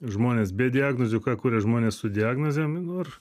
žmonės be diagnozių ką kuria žmonės su diagnozėm nu ir